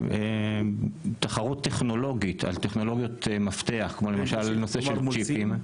למעין תחרות טכנולוגית על טכנולוגיות מפתח כמו למשל נושא של צ'יפים.